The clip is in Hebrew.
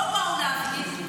לא באו להפגין,